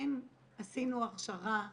עשינו הכשרה בערבית,